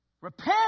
Repent